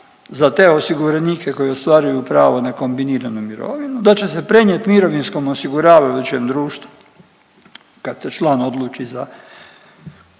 za te osiguranike koji ostvaruju pravo na kombiniranu mirovinu da će se prenijet mirovinskom osiguravajućem društvu kad se član odluči za